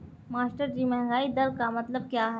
मास्टरजी महंगाई दर का मतलब क्या है?